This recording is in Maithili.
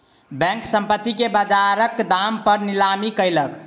बैंक, संपत्ति के बजारक दाम पर नीलामी कयलक